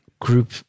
group